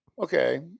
Okay